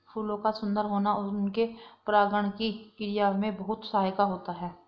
फूलों का सुंदर होना उनके परागण की क्रिया में बहुत सहायक होता है